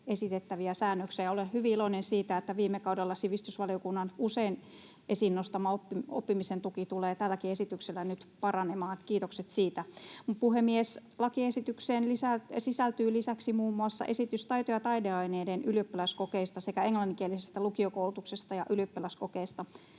esitettäviä säännöksiä, ja olen hyvin iloinen siitä, että viime kaudella sivistysvaliokunnan usein esiin nostama oppimisen tuki tulee tälläkin esityksellä nyt paranemaan — kiitokset siitä. Puhemies! Lakiesitykseen sisältyy lisäksi muun muassa esitys taito- ja taideaineiden ylioppilaskokeista sekä englanninkielisestä lukiokoulutuksesta ja ylioppilaskokeesta.